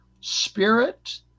spirit